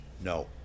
No